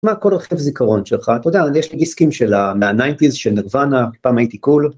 מה כל רכיב זיכרון שלך, אתה יודע, יש לי דיסקים של ה... מה-90's של נירוונה, פעם הייתי קול.